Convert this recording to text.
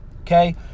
Okay